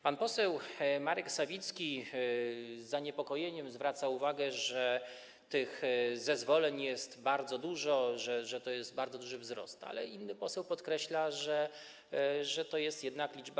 Pan poseł Marek Sawicki z zaniepokojeniem zwraca uwagę, że tych zezwoleń jest bardzo dużo, że to jest bardzo duży wzrost, ale inny poseł podkreśla, że to jednak mała liczba.